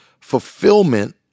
Fulfillment